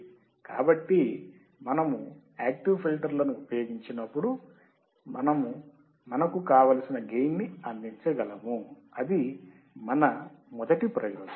కాబట్టి మనము యాక్టివ్ ఫిల్టర్లను ఉపయోగించినపుడు మనము గెయిని ని అందించగలము అది మన మొదటి ప్రయోజనం